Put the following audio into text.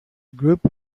group